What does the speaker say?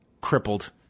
crippled